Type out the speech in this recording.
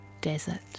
desert